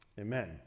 amen